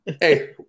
Hey